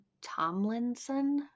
Tomlinson